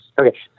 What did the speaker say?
Okay